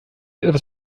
etwas